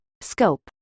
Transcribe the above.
scope